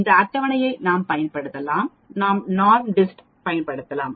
இந்த அட்டவணையை நாம் பயன்படுத்தலாம் நாம் NORMDIST ஐப் பயன்படுத்தலாம்